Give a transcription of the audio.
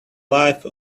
life